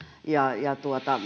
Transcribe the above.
ja ja